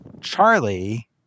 Charlie